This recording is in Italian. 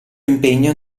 impegno